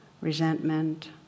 resentment